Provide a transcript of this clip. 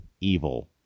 evil